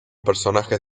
personajes